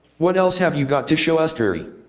what else have you got to show us, terry?